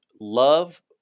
love